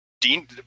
dean